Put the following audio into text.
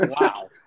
Wow